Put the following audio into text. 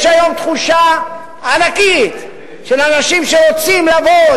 יש היום תחושה ענקית של אנשים שרוצים לבוא,